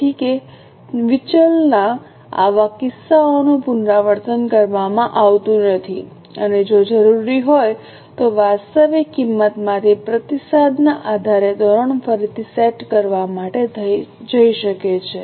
તેથી કે વિચલના આવા કિસ્સાઓનું પુનરાવર્તન કરવામાં આવતું નથી અને જો જરૂરી હોય તો વાસ્તવિક કિંમતમાંથી પ્રતિસાદના આધારે ધોરણ ફરીથી સેટ કરવા માટે જઈ શકે છે